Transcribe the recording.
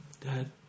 Dad